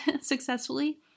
successfully